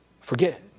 forget